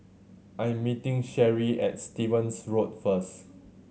I am meeting Sherree at Stevens Road first